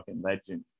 legend